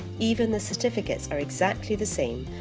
even the certificates are exactly the same,